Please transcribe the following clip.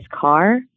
car